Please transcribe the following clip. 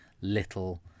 little